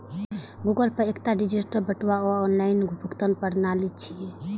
Google Pay एकटा digital बटुआ आ ऑनलाइन भुगतान प्रणाली छियै